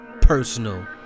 personal